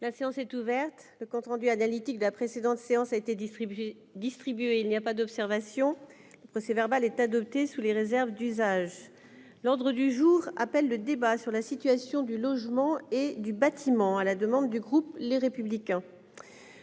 La séance est ouverte. Le compte rendu analytique de la précédente séance a été distribué. Il n'y a pas d'observation ?... Le procès-verbal est adopté sous les réserves d'usage. L'ordre du jour appelle le débat, organisé à la demande du groupe Les Républicains,